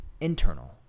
internal